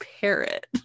parrot